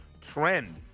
trend